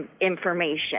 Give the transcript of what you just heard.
information